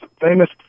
famous